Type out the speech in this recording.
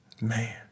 Man